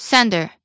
Sender